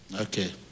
Okay